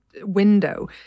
window